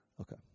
Okay